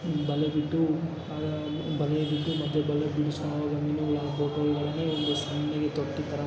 ಬಲೆ ಬಿಟ್ಟು ಅದು ಬಲೆ ಬಿಟ್ಟು ಮತ್ತು ಬಲೆ ಬಿಡಿಸ್ಕೊಂಡು ಹೋಗೊ ಮೀನುಗಳು ಆ ಬೋಟ್ ಒಳಗಡೇನೆ ಒಂದು ಸಣ್ಣಗೆ ತೊಟ್ಟಿ ಥರ